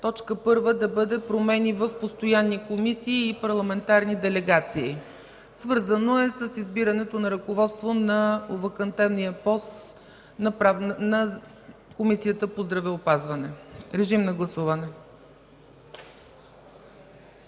точка първа да бъде: Промени в постоянни комисии и парламентарни делегации. Свързано е с избирането на ръководство на овакантения пост на Комисията по здравеопазването. Режим на гласуване.